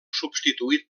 substituït